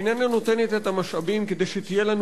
איננה נותנת את המשאבים כדי שתהיה לנו